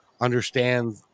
understand